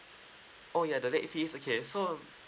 oh ya the late fees okay so